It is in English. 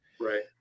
right